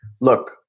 Look